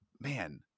Man